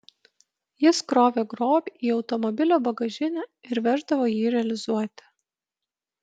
jis krovė grobį į automobilio bagažinę ir veždavo jį realizuoti